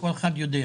כל אחד יודע.